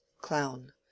Clown